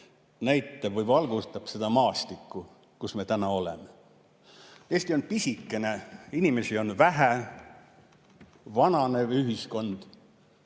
suuraudit valgustab seda maastikku, kus me täna oleme. Eesti on pisikene, inimesi on vähe. Vananev ühiskond.